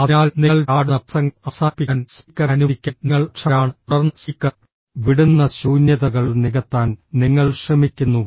അതിനാൽ നിങ്ങൾ ചാടുന്ന പ്രസംഗം അവസാനിപ്പിക്കാൻ സ്പീക്കറെ അനുവദിക്കാൻ നിങ്ങൾ അക്ഷമരാണ് തുടർന്ന് സ്പീക്കർ വിടുന്ന ശൂന്യതകൾ നികത്താൻ നിങ്ങൾ ശ്രമിക്കുന്നു